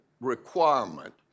requirement